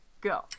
go